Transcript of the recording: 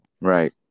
right